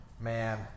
Man